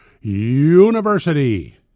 University